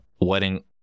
wedding